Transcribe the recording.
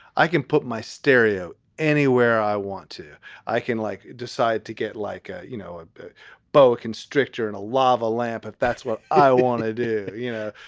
i can put my stereo anywhere i want to i can, like, decide to get like, ah you know, a boa constrictor and a lava lamp, if that's what i wanted, you know?